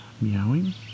meowing